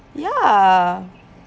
ya